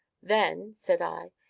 then, said i,